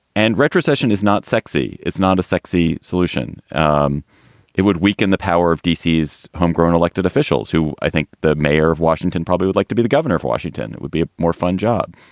and retrocession is not sexy. it's not a sexy solution. um it would weaken the power of d c s, homegrown elected officials who i think the mayor of washington probably would like to be the governor of washington. it would be a more fun job.